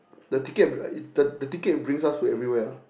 the ticket uh the ticket bring us to everywhere ah